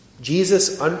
Jesus